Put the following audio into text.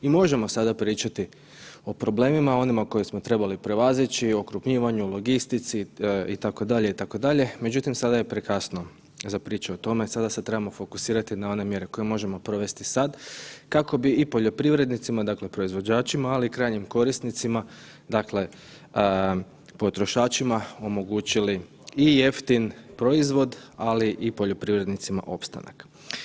I možemo sada pričati o problemima, o onima koje smo trebali prevazeći, o okrupljivanju, o logistici itd., itd. međutim sada je prekasno za priču o tome, sada se trebamo fokusirati na one mjere koje možemo provesti sad kako bi i poljoprivrednicima, proizvođačima, ali i krajnjim korisnicima, potrošačima, omogućili i jeftin proizvod ali i poljoprivrednicima opstanak.